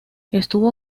estuvo